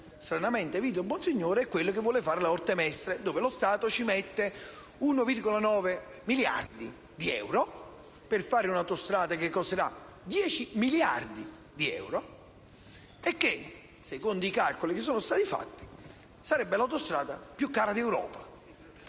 Stranamente, Vito Bonsignore è quello che vuole fare la Orte-Mestre, in cui lo Stato mette 1,9 miliardi di euro per fare un'autostrada che costerà 10 miliardi di euro, e che secondo i calcoli fatti sarebbe l'autostrada più cara d'Europa.